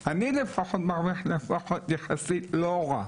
אני לפחות מרוויח לפחות יחסית לא רע.